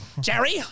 Jerry